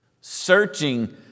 Searching